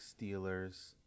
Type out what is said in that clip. Steelers